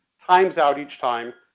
times out each time.